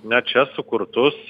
na čia sukurtus